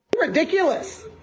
ridiculous